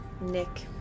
Nick